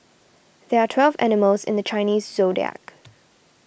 there are twelve animals in the Chinese zodiac